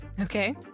Okay